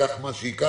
ייקח מה שייקח,